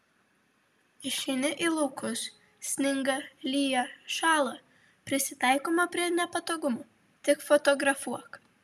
išeini į laukus sninga lyja šąla prisitaikoma prie nepatogumų tik fotografuok